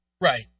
Right